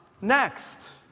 next